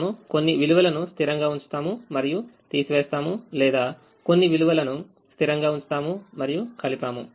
మనము కొన్ని విలువలను స్థిరంగా ఉంచుతాము మరియు తీసివేస్తాము లేదా కొన్ని విలువలను స్థిరంగా ఉంచుతాము మరియుకలిపాము